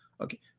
Okay